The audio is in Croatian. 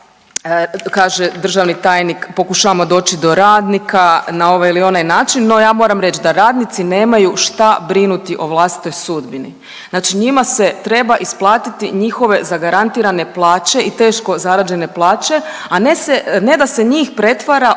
Kaže državni tajnik, pokušavamo doći do radnika na ovaj ili onaj način, no ja moram reći da radnici nemaju šta brinuti o vlastitoj sudbini. Znači njima se treba isplatiti njihove zagarantirane plaće i teško zarađene plaće, a ne da se njih pretvara u